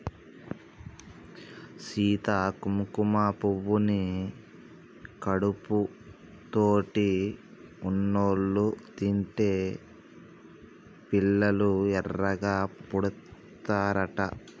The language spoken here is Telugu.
సీత కుంకుమ పువ్వుని కడుపుతోటి ఉన్నోళ్ళు తింటే పిల్లలు ఎర్రగా పుడతారట